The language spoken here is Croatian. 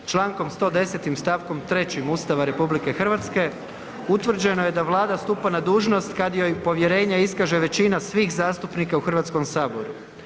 Člankom 110. stavkom 3. Ustava RH utvrđeno je da Vlada stupa na dužnost kad joj povjerenje iskaže većina svih zastupnika u Hrvatskom saboru.